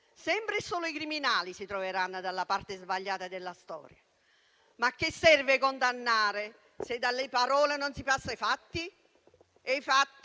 Sempre e solo i criminali si troveranno dalla parte sbagliata della storia, ma a che serve condannare, se dalle parole non si passa ai fatti?